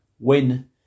win